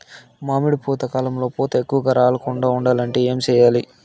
మామిడి పూత కాలంలో పూత ఎక్కువగా రాలకుండా ఉండాలంటే ఏమి చెయ్యాలి?